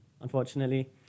unfortunately